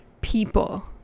people